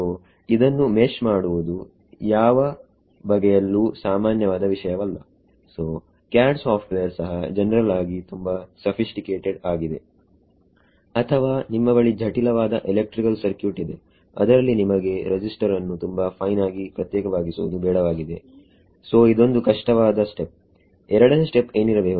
so ಇದನ್ನು mesh ಮಾಡುವುದು ಯಾವ ಬಗೆಯಲ್ಲೂ ಸಾಮಾನ್ಯವಾದ ವಿಷಯವಲ್ಲ ಸೋCAD ಸಾಫ್ಟ್ವೇರ್ ಸಹ ಜನರಲ್ ಆಗಿ ತುಂಬಾ ಸಫಿಸ್ಟಿಕೇಟ್ ಆಗಿದೆ ಅಥವಾ ನಿಮ್ಮ ಬಳಿ ಜಟಿಲವಾದ ಇಲೆಕ್ಟ್ರಿಕಲ್ ಸರ್ಕ್ಯೂಟ್ ಇದೆ ಅದರಲ್ಲಿ ನಿಮಗೆ ರೆಸಿಸ್ಟರ್ ಅನ್ನು ತುಂಬಾ ಫೈನ್ ಆಗಿ ಪ್ರತ್ಯೇಕವಾಗಿಸುವುದು ಬೇಡವಾಗಿದೆ ಸೋ ಇದೊಂದು ಕಷ್ಟವಾದ ಸ್ಟೆಪ್ 2ನೇ ಸ್ಟೆಪ್ ಏನಿರಬಹುದು